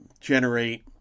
generate